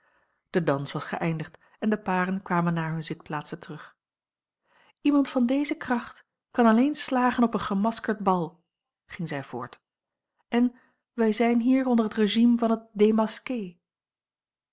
de dans was geëindigd en de paren kwamen naar hunne zitplaatsen terug iemand van deze kracht kan alleen slagen op een gemaskerd bal ging zij voort en wij zijn hier onder het régime van het démasqué